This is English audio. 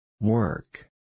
Work